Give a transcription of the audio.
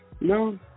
No